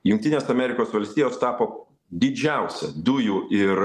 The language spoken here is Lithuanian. jungtinės amerikos valstijos tapo didžiausia dujų ir